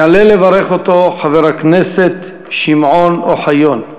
יעלה לברך אותו חבר הכנסת שמעון אוחיון.